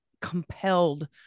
compelled